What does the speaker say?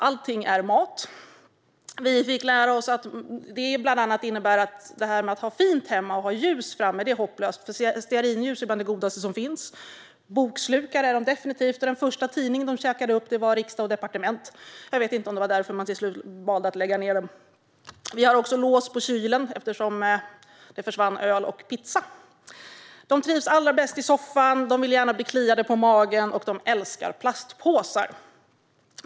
Allt är mat. Vi fick lära oss att det bland annat innebär att detta att ha fint hemma och ha ljus stående framme är hopplöst. Stearinljus är bland det godaste som finns. Bokslukare är grisar definitivt. Den första tidningen de käkade upp var Riksdag & Departement. Jag vet inte om det var därför man valde att lägga ned tidningen. Vi har också lås på kylen eftersom det försvann öl och pizza. Grisarna trivs allra bäst i soffan, de vill gärna bli kliade på magen och de älskar plastpåsar.